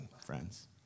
friends